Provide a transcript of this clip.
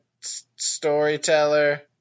storyteller